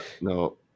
no